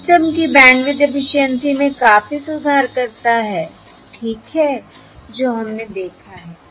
यह सिस्टम की bandwidth efficiency में काफी सुधार करता है ठीक है जो हमने देखा है